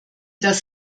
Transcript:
das